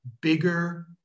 bigger